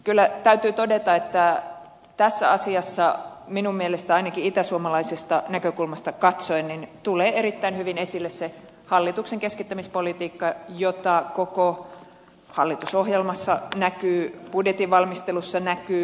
kyllä täytyy todeta että tässä asiassa minun mielestäni ainakin itäsuomalaisesta näkökulmasta katsoen tulee erittäin hyvin esille se hallituksen keskittämispolitiikka jota koko hallitusohjelmassa ja budjetin valmistelussa näkyy